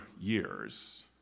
years